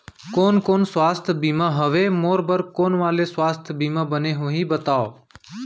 कोन कोन स्वास्थ्य बीमा हवे, मोर बर कोन वाले स्वास्थ बीमा बने होही बताव?